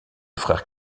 frère